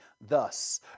thus